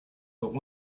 but